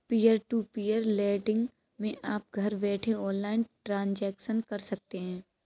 peer to peer lending मै आप घर बैठे ऑनलाइन ट्रांजेक्शन कर सकते है